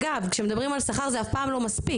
אגב כשמדברים על שכר זה אף פעם לא מספיק,